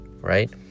right